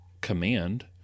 command